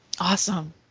Awesome